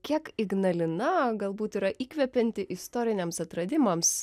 kiek ignalina galbūt yra įkvepianti istoriniams atradimams